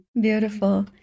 Beautiful